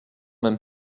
même